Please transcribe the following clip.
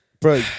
bro